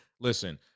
Listen